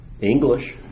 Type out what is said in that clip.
English